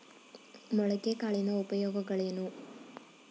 ಮೊಳಕೆ ಕಾಳಿನ ಉಪಯೋಗಗಳೇನು?